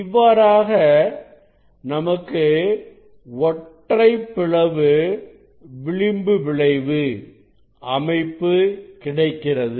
இவ்வாறாக நமக்கு ஒற்றைப் பிளவு விளிம்பு விளைவு அமைப்பு கிடைக்கிறது